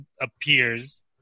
appears